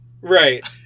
Right